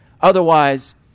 Otherwise